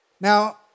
Now